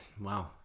wow